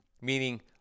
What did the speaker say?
Meaning